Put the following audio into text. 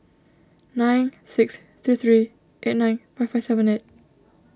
nine six three three eight nine five five seven eight